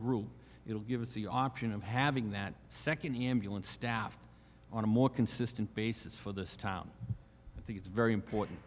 will give us the option of having that second ambulance staff on a more consistent basis for this town i think it's very important